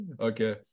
Okay